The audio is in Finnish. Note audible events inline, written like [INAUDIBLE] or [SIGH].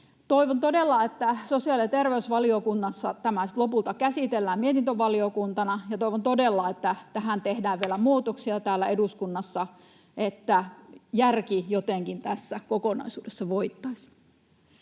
Toivon todella, että sosiaali- ja terveysvaliokunta tämän lopulta käsittelee mietintövaliokuntana. Ja toivon todella, [NOISE] että tähän tehdään vielä muutoksia täällä eduskunnassa, että järki jotenkin tässä kokonaisuudessa voittaisi.